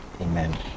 amen